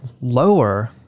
lower